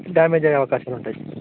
damage అయ్యే అవకాశాలు ఉంటాయి